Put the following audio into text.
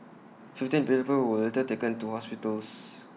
fifteen people were later taken to hospitals